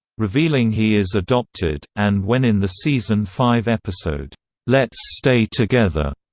revealing he is adopted, and when in the season-five episode let's stay together,